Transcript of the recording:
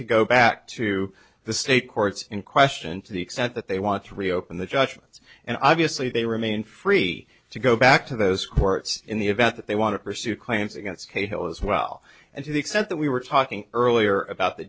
to go back to the state courts in question to the extent that they want to reopen the judgments and obviously they remain free to go back to those courts in the event that they want to pursue claims against cahill as well and to the extent that we were talking earlier about the